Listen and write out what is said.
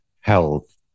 health